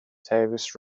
tavis